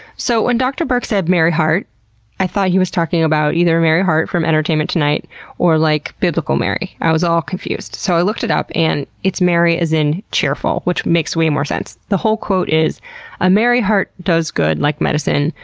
so, when dr. berk said merry heart i thought he was talking about either mary hart from entertainment tonight or, like, biblical mary. i was all confused. so i looked it up and it's merry as in cheerful, which makes way more sense. the whole a ah merry heart does good, like medicine,